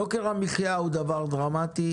יוקר המחייה הוא דבר דרמטי,